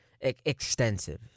extensive